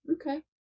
okay